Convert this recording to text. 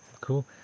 Cool